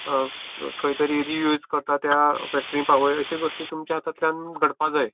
खंयतरी रियूज करता त्या फेक्टरींत पावय अश्यो गोश्टी तुमच्या हातांतल्यान घडपाक जाय